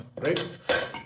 right